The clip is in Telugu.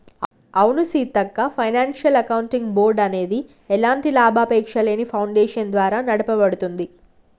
అవును సీతక్క ఫైనాన్షియల్ అకౌంటింగ్ బోర్డ్ అనేది ఎలాంటి లాభాపేక్షలేని ఫాడేషన్ ద్వారా నడపబడుతుంది